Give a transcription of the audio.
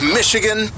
Michigan